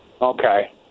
Okay